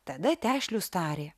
tada tešlius tarė